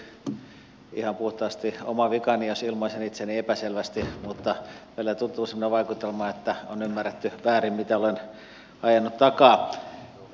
on varmasti ihan puhtaasti oma vikani jos ilmaisen itseni epäselvästi mutta välillä tulee semmoinen vaikutelma että on ymmärretty väärin mitä olen ajanut takaa